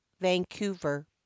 Vancouver